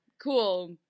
cool